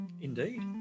Indeed